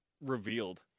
revealed